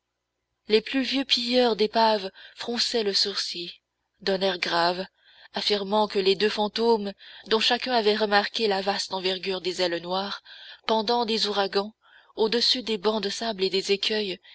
les plus vieux pilleurs d'épaves fronçaient le sourcil d'un air grave affirmant que les deux fantômes dont chacun avait remarqué la vaste envergure des ailes noires pendant les ouragans au-dessus des bancs de sable et des écueils